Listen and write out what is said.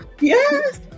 Yes